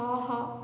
ஆஹா